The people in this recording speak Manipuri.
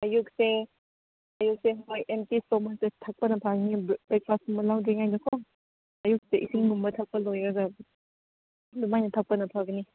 ꯑꯌꯨꯛꯁꯦ ꯍꯣꯏ ꯑꯦꯝꯇꯤ ꯏꯁꯇꯣꯃꯥꯁꯇ ꯊꯛꯄꯅ ꯐꯒꯅꯤ ꯕ꯭ꯔꯦꯛꯐꯥꯁ ꯀꯨꯝꯕ ꯂꯧꯗ꯭ꯔꯤꯉꯩꯗꯀꯣ ꯑꯌꯨꯛꯇ ꯏꯁꯤꯡꯒꯨꯝꯕ ꯊꯛꯄ ꯂꯣꯏꯔꯒ ꯑꯗꯨꯃꯥꯏꯅ ꯊꯛꯄꯅ ꯐꯒꯅꯤ